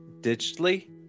digitally